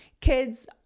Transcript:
kids